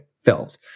films